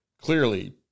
clearly